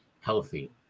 healthy